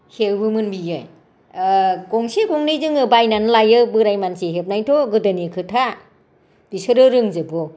हेबोमोन बियो गंसे गंनै जोङो बायनानै लाबोयो बोराय मानसि हेबनायथ' गोदोनि खोथा बिसोरो रोंजोबगौ